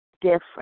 different